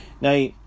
Now